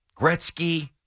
Gretzky